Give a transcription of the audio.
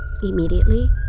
Immediately